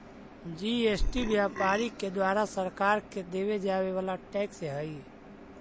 GST व्यापारि के द्वारा सरकार के देवे जावे वाला टैक्स हई